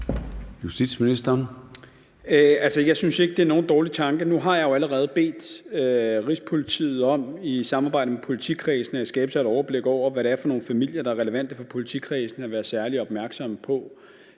Jeg synes ikke, det er nogen dårlig tanke. Nu har jeg jo allerede bedt Rigspolitiet om i samarbejde med politikredsene at skabe sig et overblik over, hvad det er for nogle familier, der er relevante for politikredsene at være særlig opmærksomme på,